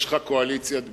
יש לך קואליציית בטון,